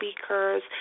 speakers